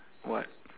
what